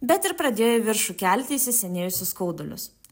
bet ir pradėjo į viršų kelti įsisenėjusius skaudulius